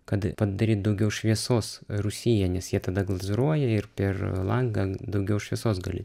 kad padaryt daugiau šviesos rūsyje nes jie tada glazūruoja ir per langą daugiau šviesos gali